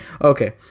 Okay